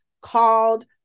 called